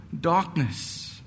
darkness